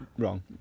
wrong